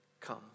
Come